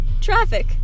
traffic